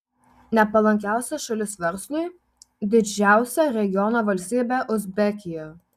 nepalankiausia šalis verslui didžiausia regiono valstybė uzbekija